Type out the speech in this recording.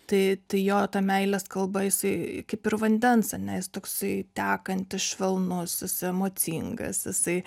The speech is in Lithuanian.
tai jo meilės kalba jisai kaip ir vandens ane jis toksai tekantis švelnus jis emocingas jisai